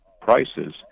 prices